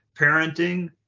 parenting